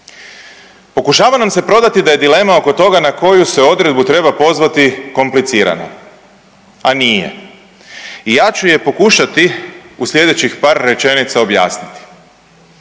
Pokušava nam se prodati da je dilema oko toga na koju se odredbu treba pozvati komplicirana, a nije i ja ću je pokušati u slijedećih par rečenica objasniti.